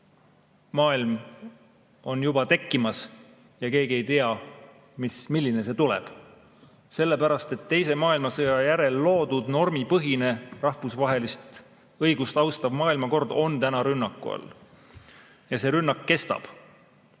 maailm on juba tekkimas ja keegi ei tea, milline see tuleb. Sellepärast et teise maailmasõja järel loodud normipõhine, rahvusvahelist õigust austav maailmakord on täna rünnaku all. Ja see rünnak kestab. Mida